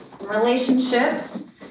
relationships